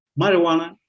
Marijuana